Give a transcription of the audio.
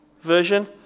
Version